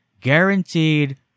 guaranteed